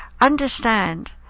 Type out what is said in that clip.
understand